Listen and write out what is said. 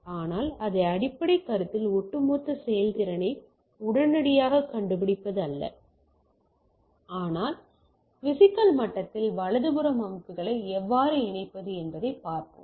ஆனால் அடிப்படை கருத்தில் ஒட்டுமொத்த செயல்திறனை உடனடியாகக் கண்டுபிடிப்பது அல்ல ஆனால் பிசிக்கல் மட்டத்தில் வலதுபுறத்தில் அமைப்புகளை எவ்வாறு இணைப்பது என்பதைப் பார்ப்போம்